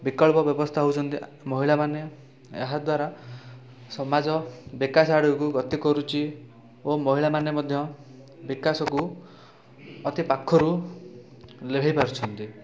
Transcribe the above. ବିକଳ୍ପ ବ୍ୟବସ୍ଥା ହେଉଛନ୍ତି ମହିଳାମାନେ ଏହାଦ୍ୱାରା ସମାଜ ବିକାଶ ଆଡ଼କୁ ଗତି କରୁଛି ଓ ମହିଳାମାନେ ମଧ୍ୟ ବିକାଶକୁ ଅତି ପାଖରୁ ଲିଭେଇ ପାରୁଛନ୍ତି